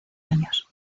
años